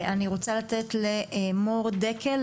אני רוצה לתת למור דקל,